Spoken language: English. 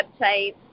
websites